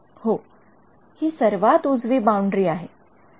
हो हि सर्वात उजवी बाउंडरी आहे